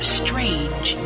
strange